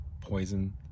poison